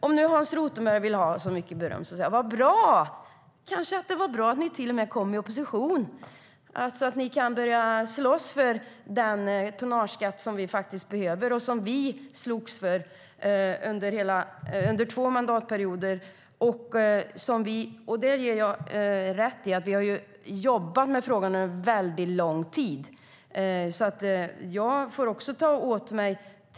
Om nu Hans Rothenberg vill ha så mycket beröm säger jag: Vad bra! Det kanske till och med var bra att ni kom i opposition så att ni kan börja slåss för den tonnageskatt som vi behöver och som vi slagits för under två mandatperioder. Jag ger rätt i att vi har jobbat med frågan under en väldigt lång tid, och det får jag också ta på mig.